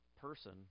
person